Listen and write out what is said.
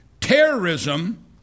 Terrorism